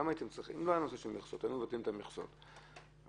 היינו מבטלים את המכסות,